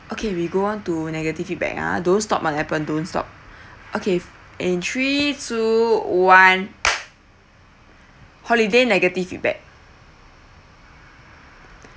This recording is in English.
okay we go on to negative feedback uh don't stop on Appen don't stop okay in three two one holiday negative feedback